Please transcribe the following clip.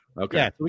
Okay